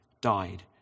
died